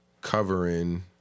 Covering